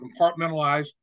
compartmentalize